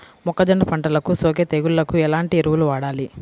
మొక్కజొన్న పంటలకు సోకే తెగుళ్లకు ఎలాంటి ఎరువులు వాడాలి?